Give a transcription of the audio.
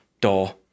door